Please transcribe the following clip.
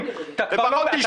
חוצפן שכמוך, אתה עוד מדבר?